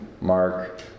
Mark